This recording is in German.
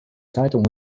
zeitung